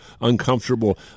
uncomfortable